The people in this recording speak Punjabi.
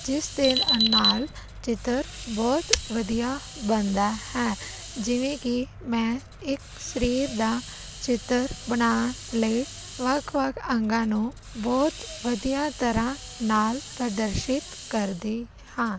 ਜਿਸ ਦੇ ਅ ਨਾਲ ਚਿੱਤਰ ਬਹੁਤ ਵਧੀਆ ਬਣਦਾ ਹੈ ਜਿਵੇਂ ਕਿ ਮੈਂ ਇੱਕ ਸਰੀਰ ਦਾ ਚਿੱਤਰ ਬਣਾਉਣ ਲਈ ਵੱਖ ਵੱਖ ਅੰਗਾਂ ਨੂੰ ਬਹੁਤ ਵਧੀਆ ਤਰ੍ਹਾਂ ਨਾਲ ਪ੍ਰਦਰਸ਼ਿਤ ਕਰਦੀ ਹਾਂ